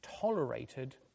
tolerated